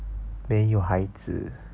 没有孩子